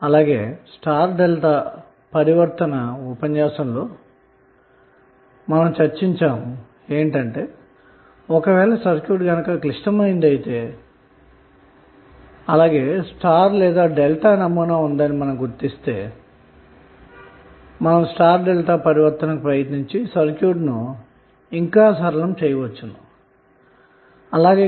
అలాగే star delta transformation గురించి చెప్పుకున్నప్పుడు ఒకవేళ సర్క్యూట్ గనక క్లిష్టమైనదైతే మరియు స్టార్ లేదా డెల్టా నమూనా ఉందని గనక గుర్తిస్తే మీరు స్టార్ డెల్టా ట్రాన్సఫార్మషన్ గావించి సర్క్యూట్ ని ఇంకా సరళం చేయవచ్చు అన్న మాట